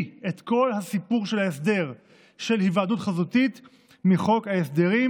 את כל הסיפור של ההסדר של היוועדות חזותית מחוק ההסדרים.